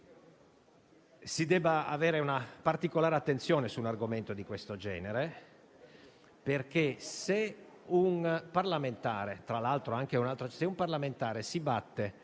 si debba prestare una particolare attenzione su un argomento di questo genere. Se un parlamentare si batte